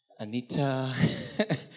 Anita